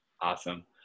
Awesome